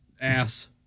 Ass